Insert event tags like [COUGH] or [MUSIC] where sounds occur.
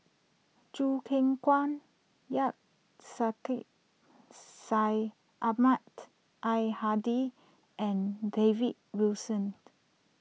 Choo Keng Kwang Syed Sheikh Syed Ahmad Al Hadi and David Wilson [NOISE]